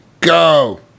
go